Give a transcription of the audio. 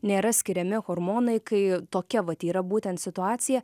nėra skiriami hormonai kai tokia vat yra būtent situacija